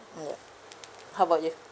ya how about you